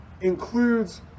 includes